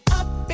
up